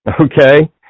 okay